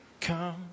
Come